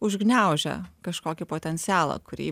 užgniaužia kažkokį potencialą kurį